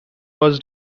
was